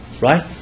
right